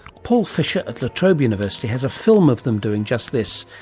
paul fisher at la trobe university has a film of them doing just this,